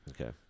Okay